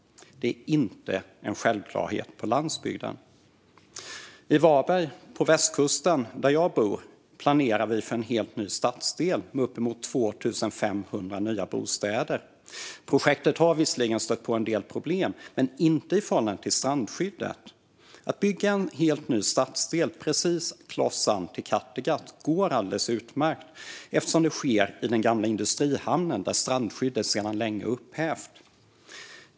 Det är inte en självklarhet på landsbygden. I Varberg på västkusten, där jag bor, planerar vi för en helt ny stadsdel med uppemot 2 500 nya bostäder. Projektet har visserligen stött på en del problem, men inte i förhållande till strandskyddet. Att bygga en helt ny stadsdel precis kloss inpå Kattegatt går alldeles utmärkt eftersom det sker i den gamla industrihamnen, där strandskyddet sedan länge är upphävt.